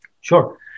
Sure